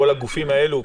כל הגופים האלה,